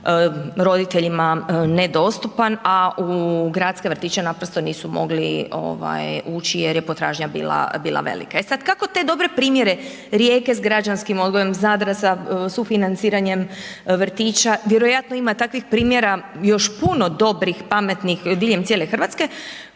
roditeljima ne dostupan a u gradske vrtiće naprosto nisu mogli ući jer je potražnja bila velika. E sad kako te dobre primjere Rijeke sa građanskim odgojem, Zadra sa sufinanciranjem vrtića, vjerojatno ima takvih primjera još puno dobrih, pametnih diljem cijele Hrvatske